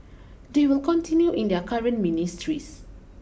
they will continue in their current ministries